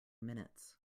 minutes